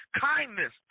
kindness